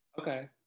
Okay